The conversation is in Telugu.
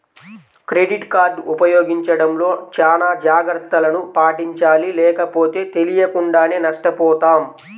క్రెడిట్ కార్డు ఉపయోగించడంలో చానా జాగర్తలను పాటించాలి లేకపోతే తెలియకుండానే నష్టపోతాం